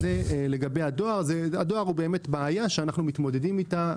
אז הדואר הוא בעיה שאנחנו מתמודדים איתה.